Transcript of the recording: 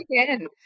again